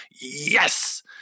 Yes